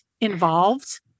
involved